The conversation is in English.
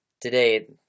today